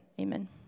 Amen